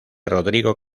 rodrigo